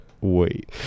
wait